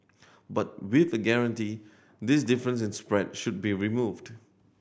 but with a guarantee this difference in spread should be removed